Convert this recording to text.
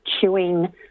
chewing